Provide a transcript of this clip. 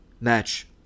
match